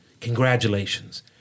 Congratulations